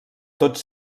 tots